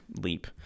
leap